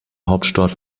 hauptstadt